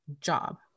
job